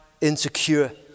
insecure